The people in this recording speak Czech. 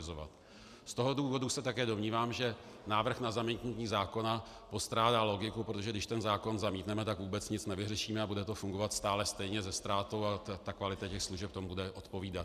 Z toho důvodu se také domnívám, že návrh na zamítnutí zákona postrádá logiku, protože když ten zákon zamítneme, tak vůbec nic nevyřešíme a bude to fungovat stále stejně se ztrátou a kvalita služeb tomu bude odpovídat.